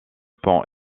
pont